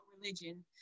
religion